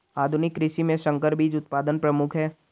आधुनिक कृषि में संकर बीज उत्पादन प्रमुख है